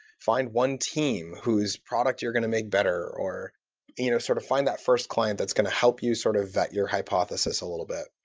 find one team whose product you're going to make better or you know sort of find that first client that's going to help you sort of vet your hypothesis a little bit.